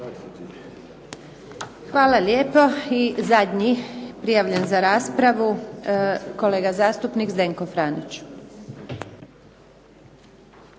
Hvala lijepa. I zadnji prijavljen za raspravu kolega zastupnik Zdenko Franić.